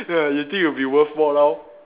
ah you think you'll be worth more now